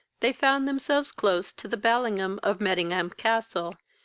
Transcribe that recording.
they found themselves close to the ballium of mettingham-castle,